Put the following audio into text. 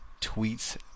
tweets